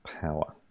power